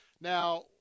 Now